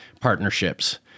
partnerships